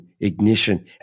ignition